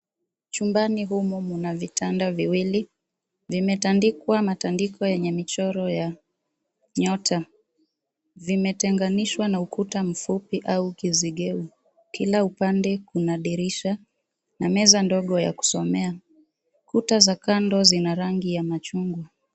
Chumbani humo mna vitanda viwili. vimetandikwa matandiko yenye michoro ya nyota. Zimetenganishwa na ukuta mfupi au kisegeo. Kila upande kuna dirisha na meza ndogo ya kusomea. Kuta za kando zina rangi ya machungwa.